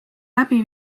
läbi